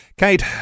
Kate